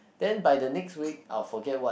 then by the next week I'll forget what